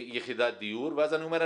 ביחידת דיור ואז אני אומר,